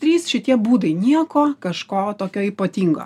trys šitie būdai nieko kažko tokio ypatingo